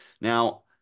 Now